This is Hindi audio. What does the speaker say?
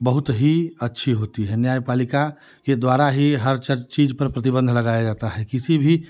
बहुत ही अच्छी होती है न्याय पालिका के द्वारा ही हर चीज़ पर प्रतिबंध लगाया जाता है किसी भी